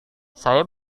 saya